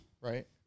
Right